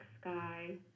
sky